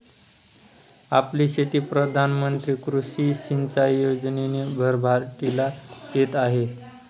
आपली शेती प्रधान मंत्री कृषी सिंचाई योजनेने भरभराटीला येत आहे